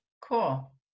Cool